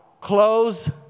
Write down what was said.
Close